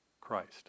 Christ